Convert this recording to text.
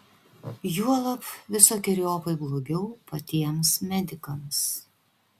juolab visokeriopai blogiau patiems medikams